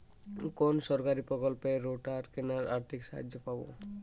কোন সরকারী প্রকল্পে রোটার কেনার আর্থিক সাহায্য পাব?